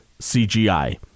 CGI